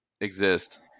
exist